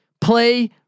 Play